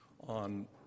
on